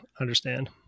understand